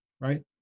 right